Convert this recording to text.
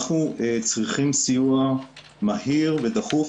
אנחנו צריכים סיוע מהיר ודחוף.